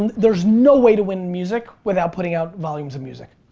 and there's no way to win music, without putting out volumes of music.